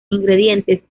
ingredientes